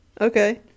Okay